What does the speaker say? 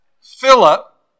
Philip